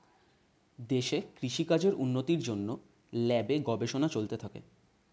দেশে কৃষি কাজের উন্নতির জন্যে ল্যাবে গবেষণা চলতে থাকে